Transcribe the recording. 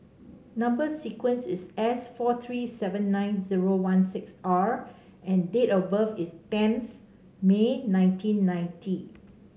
number sequence is S four three seven nine zero one six R and date of birth is tenth May nineteen ninety